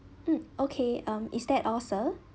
mm okay um is that all sir